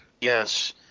Yes